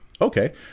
okay